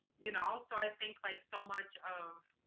you know, so i think like so much of,